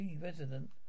resident